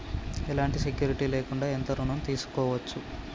ఎలాంటి సెక్యూరిటీ లేకుండా ఎంత ఋణం తీసుకోవచ్చు?